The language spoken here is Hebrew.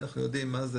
אנחנו יודעים מה זה,